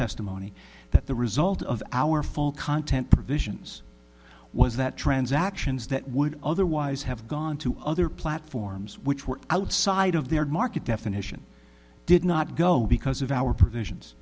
testimony that the result of our full content provisions was that transactions that would otherwise have gone to other platforms which were outside of their market definition did not go because of our provisions